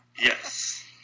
Yes